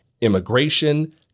Immigration